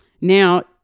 Now